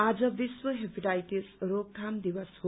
आज विश्व हेपाटाइटिस रोकथाम दिवस हो